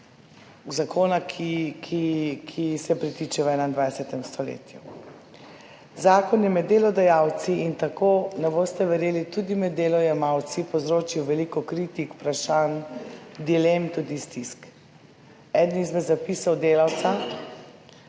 zakona, ki se pritiče v 21. stoletju. Zakon je med delodajalci in tako, ne boste verjeli, tudi med delojemalci povzročil veliko kritik, vprašanj, dilem, tudi stisk. Eden izmed zapisov delavca: